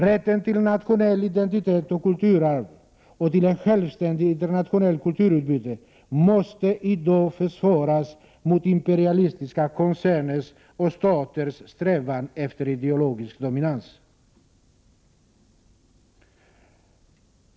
Rätten till nationell identitet och kulturarv och till ett självständigt internationellt kulturutbyte måste i dag försvaras mot imperialistiska koncerners och staters strävan efter ideologisk dominans.